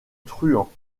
truands